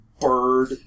bird